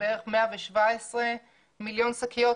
בערך 117 מיליון שקיות.